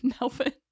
Melvin